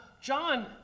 John